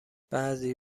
بعضی